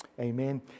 Amen